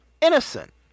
innocent